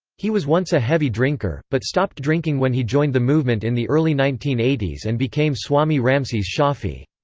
he was once a heavy drinker, but stopped drinking when he joined the movement in the early nineteen eighty s and became swami ramses shaffy.